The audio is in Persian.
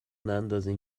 نندازین